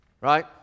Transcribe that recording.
Right